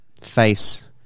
face